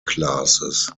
classes